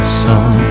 sun